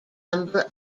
number